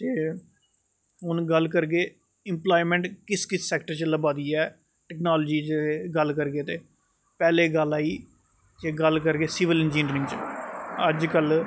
ते हून गल्ल करगे इंपलाएमैंट किस किस सैक्टर च लब्भा दी ऐ टैक्नालजी च गल्ल करगे ते पैह्ले गल्ल आई ते गल्ल करग सिविल इंजीनियरिंग अज्ज कल